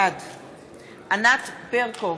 בעד ענת ברקו,